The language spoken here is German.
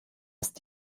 ist